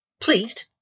pleased